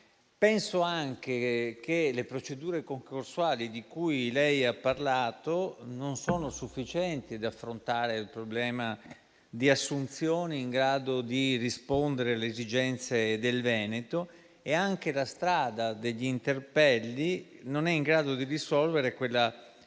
Penso anche che le procedure concorsuali di cui lei ha parlato non siano sufficienti ad affrontare il problema di assunzioni che siano in grado di rispondere alle esigenze del Veneto e nemmeno la strada degli interpelli è in grado di risolvere quella